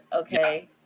okay